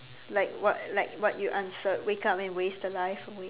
like what like what you answered wake up and waste the life away